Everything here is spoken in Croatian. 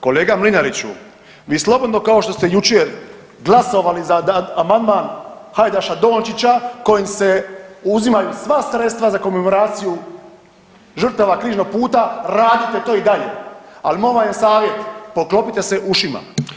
Kolega Mlinariću, vi slobodno kao što ste jučer glasovali za amandman Hajdaša Dončića kojem se uzimaju sva sredstva za komemoraciju žrtava Križnog puta, radite to i dalje, ali moj vam je savjet poklopite se ušima.